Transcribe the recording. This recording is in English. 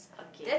okay